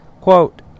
Quote